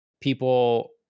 people